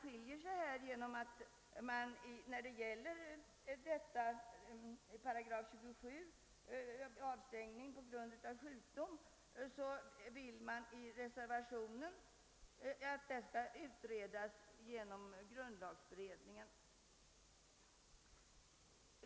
Reservanterna vill att frågan om avstängning på grund av sjukdom enligt 27 § skall utredas genom grundlagberedningen.